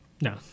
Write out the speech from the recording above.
No